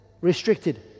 restricted